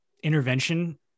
Intervention